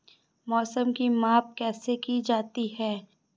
मौसम की माप कैसे की जाती है?